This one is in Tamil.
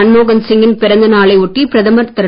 மன்மோகன் சிங் கின் பிறந்தநாளை ஒட்டி பிரதமர் திரு